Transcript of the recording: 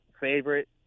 favorite